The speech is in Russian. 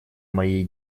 моей